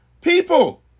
people